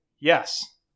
Yes